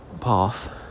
path